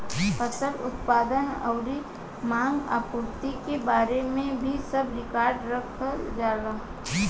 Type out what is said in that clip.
फसल उत्पादन अउरी मांग आपूर्ति के बारे में भी सब रिकार्ड रखल जाला